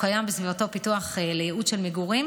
קיים בסביבתו פיתוח לייעוד של מגורים.